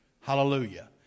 Hallelujah